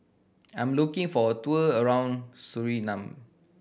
I'm looking for a tour around Suriname